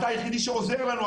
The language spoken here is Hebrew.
אתה היחידי שעוזר לנו.